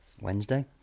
Wednesday